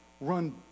Run